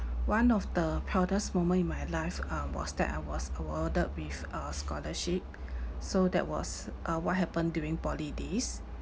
one of the proudest moment in my life um was that I was awarded with a scholarship so that was uh what happened during poly days